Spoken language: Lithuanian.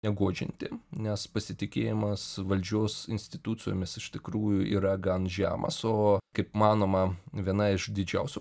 neguodžianti nes pasitikėjimas valdžios institucijomis iš tikrųjų yra gan žemas o kaip manoma viena iš didžiausių